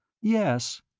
yes.